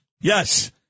Yes